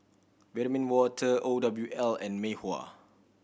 Vitamin Water O W L and Mei Hua